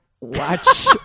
watch